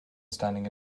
standing